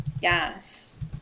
Yes